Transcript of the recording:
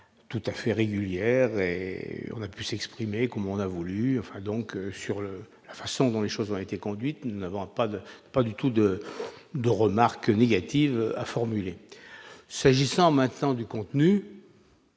tout à fait régulière et on a pu s'exprimer comme on a voulu, donc sur la façon dont les choses ont été conduites, nous n'avons pas d'pas du tout de de remarques négatives à formuler s'agissant maintenant du contenu,